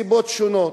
מסיבות שונות.